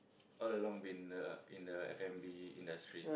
all along been uh in the f-and-b industry